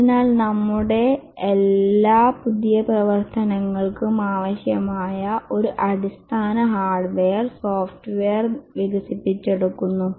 അതിനാൽ നമ്മുടെ എല്ലാ പുതിയ പ്രവർത്തനങ്ങൾക്കും ആവശ്യമായ ഒരു അടിസ്ഥാന ഹാർഡ്വെയർ സോഫ്റ്റ്വെയർ വികസിപ്പിച്ചെടുക്കുന്നു